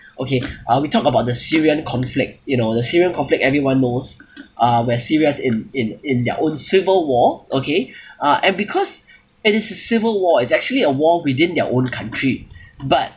okay uh we talk about the syrian conflict you know the syrian conflict everyone knows uh where syria is in in in their own civil war okay uh and because it is a civil war it's actually a war within their own country but